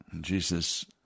Jesus